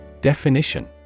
Definition